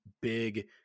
big